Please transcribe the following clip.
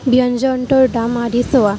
ব্যঞ্জনটোৰ দাম আদি চোৱা